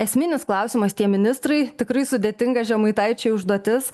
esminis klausimas tie ministrai tikrai sudėtinga žemaitaičiui užduotis